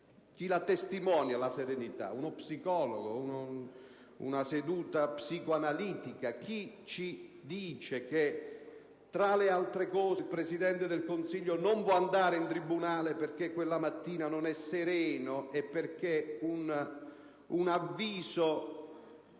chi la testimonia? Uno psicologo, una seduta psicoanalitica? Chi ci dice che, tra le altre cose, il Presidente del Consiglio non può andare in tribunale perché quella mattina non è sereno e perché un avviso